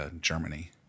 Germany